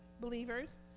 Believers